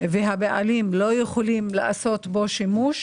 והבעלים לא יכולים לעשות בו שימוש,